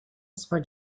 for